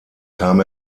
kam